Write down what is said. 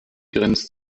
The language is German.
grenzt